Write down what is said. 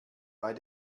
bei